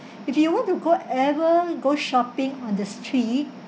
if you want to go ever go shopping on the street